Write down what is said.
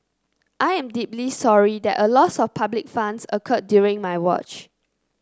I am deeply sorry that a loss of public funds occurred during my watch